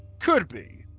could be,